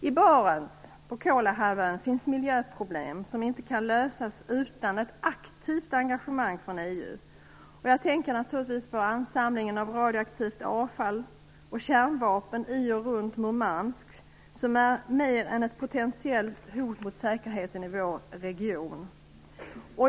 I Barents - på Kolahalvön - finns miljöproblem som inte kan lösas utan ett aktivt engagemang från EU. Jag tänker naturligtvis på ansamlingen av radioaktivt avfall och kärnvapen i och runt Murmansk, som är mer än ett potentiellt hot mot säkerheten i vår region.